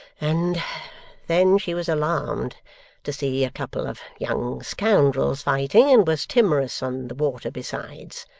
and then she was alarmed to see a couple of young scoundrels fighting, and was timorous on the water besides.